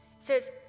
says